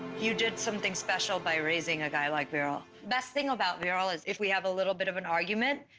you did something special by raising a guy like veeral. the best thing about veeral is, if we have a little bit of an argument,